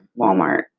Walmart